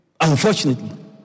Unfortunately